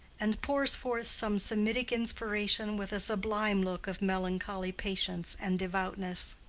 and pours forth some semitic inspiration with a sublime look of melancholy patience and devoutness.